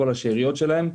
את כל השאריות שלהם.